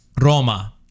Roma